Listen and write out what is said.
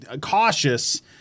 cautious